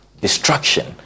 destruction